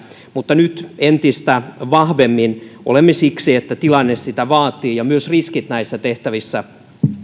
mutta nyt entistä vahvemmin olemme siellä siksi että tilanne sitä vaatii ja myös riskit näissä tehtävissä